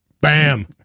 bam